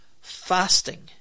fasting